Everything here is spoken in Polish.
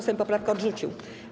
Sejm poprawkę odrzucił.